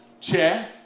chair